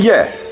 Yes